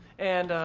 and ah,